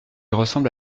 ressemble